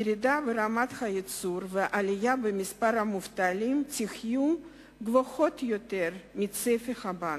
הירידה ברמת הייצור והעלייה במספר המובטלים יהיו גבוהות יותר מצפי הבנק.